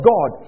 God